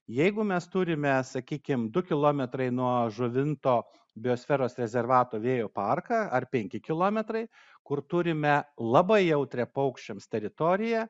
jeigu mes turime sakykim du kilometrai nuo žuvinto biosferos rezervato vėjo parką ar penki kilometrai kur turime labai jautrią paukščiams teritoriją